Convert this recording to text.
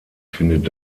findet